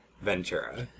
Ventura